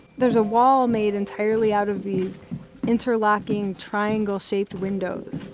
there's a wall made entirely out of these interlocking triangle shaped windows.